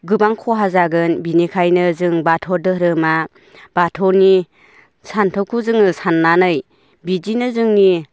गोबां खहा जागोन बेनिखायनो जों बाथौ धोरोमा बाथौनि सानथौखौ जोङो साननानै बिदिनो जोंनि